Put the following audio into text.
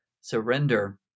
surrender